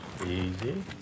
Easy